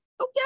Okay